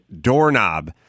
doorknob